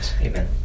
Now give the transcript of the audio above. Amen